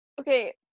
Okay